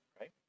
right